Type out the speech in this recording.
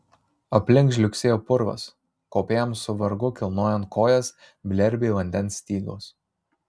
aplink žliugsėjo purvas kopėjams su vargu kilnojant kojas blerbė vandens stygos